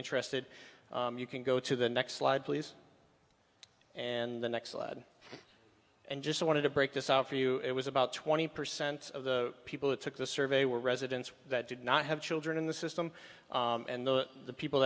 interested you can go to the next slide please and the next slide and just wanted to break this out for you it was about twenty percent of the people who took the survey were residents that did not have children in the system and the people